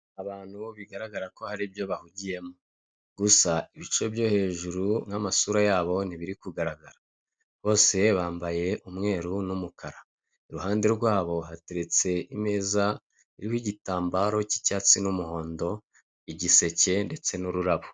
Abantu bigararaga ko hari ibyo bahugiyemo. Gusa ibice byo hejuru, nk'amasura yabo, nti biri kugaragara. Bose bambaye umweru n'umukara. Iruhande rwabo hateretse imazi iriho igitambaro cy'icyatsi n'umuhondo, igiseke, ndetse n'ururaho.